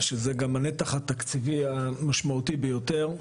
שזה גם הנתח התקציבי המשמעותי ביותר,